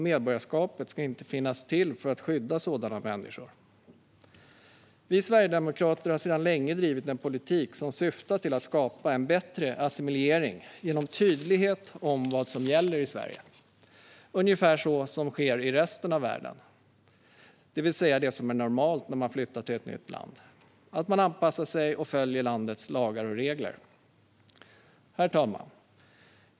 Medborgarskapet ska inte finnas till för att skydda sådana människor. Vi sverigedemokrater har sedan länge drivit en politik som syftar till att skapa en bättre assimilering genom tydlighet om vad som gäller i Sverige - ungefär på samma sätt som i resten av världen, det vill säga det som är normalt när man flyttar till ett nytt land. Man anpassar sig och följer landets lagar och regler. Herr talman!